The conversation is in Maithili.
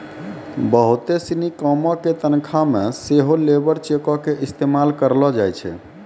बहुते सिनी कामो के तनखा मे सेहो लेबर चेको के इस्तेमाल करलो जाय छै